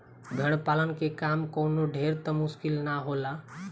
भेड़ पालन के काम कवनो ढेर त मुश्किल ना होला